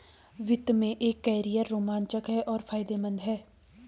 वित्त में एक कैरियर रोमांचक और फायदेमंद है